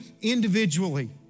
individually